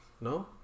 No